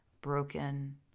broken